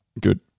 good